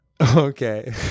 okay